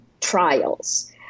trials